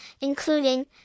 including